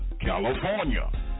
California